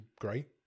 great